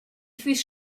füss